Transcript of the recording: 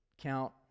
count